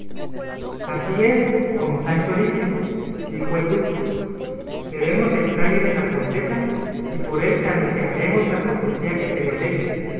así es como sancho dice dijo el duque veremos el talle de la condesa y por él tantearemos la cortesía que se le debe